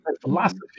philosophy